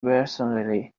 personally